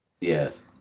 Yes